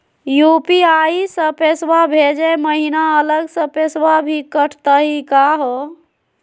UPI स पैसवा भेजै महिना अलग स पैसवा भी कटतही का हो?